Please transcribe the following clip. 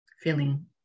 feeling